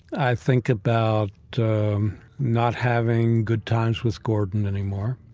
i think about not having good times with gordon anymore.